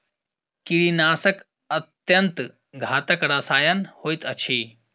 कीड़ीनाशक अत्यन्त घातक रसायन होइत अछि